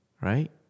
right